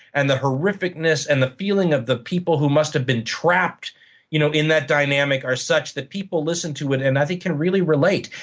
and the horrificness and the feeling of the people who must have been trapped you know in that dynamic are such that people listen to and i think can really relate.